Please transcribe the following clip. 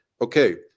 okay